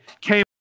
came